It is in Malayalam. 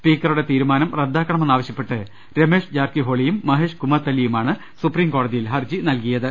സ്പീക്കറുടെ തീരു മാനം റദ്ദാക്കണമെന്നാവശ്യപ്പെട്ട് രമേഷ് ജാർക്കിഹോളിയും മഹേഷ് കുമത്തലിയുമാണ് സൂപ്രീം കോടതിയിൽ ഹർജി നൽകിയത്